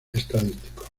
estadísticos